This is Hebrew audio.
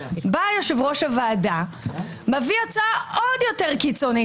בא יושב-ראש הוועדה ומביא הצעה עוד יותר קיצונית.